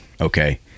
okay